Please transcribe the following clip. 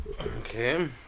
okay